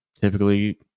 typically